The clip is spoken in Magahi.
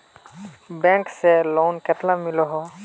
बैंक से लोन कतला मिलोहो?